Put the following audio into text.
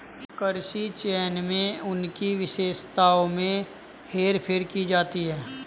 कृत्रिम चयन में उनकी विशेषताओं में हेरफेर की जाती है